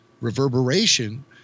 reverberation